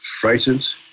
frightened